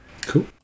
Cool